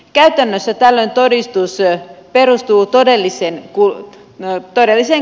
käytännössä tällöin todistus perustuu todelliseen kulutukseen